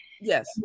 yes